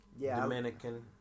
Dominican